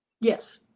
Yes